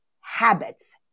habits